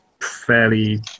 fairly